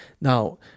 Now